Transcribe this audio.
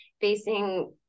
facing